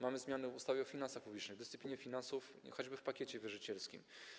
Mamy zmianę w ustawie o finansach publicznych, w dyscyplinie finansów, choćby w pakiecie wierzycielskim.